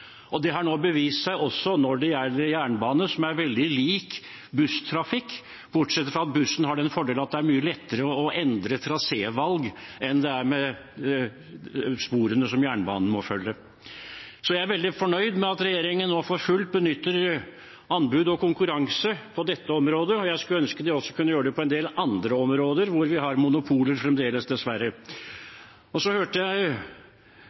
Det har også blitt bevist når det gjelder jernbane, som er veldig lik busstrafikk, bortsett fra at bussen har den fordelen at det er mye lettere å endre trasévalg enn det er med sporene som jernbanen må følge. Så jeg er veldig fornøyd med at regjeringen nå for fullt benytter anbud og konkurranse på dette området, og jeg skulle ønske de kunne gjøre det også på en del andre områder hvor vi dessverre fremdeles har monopol. Så hørte jeg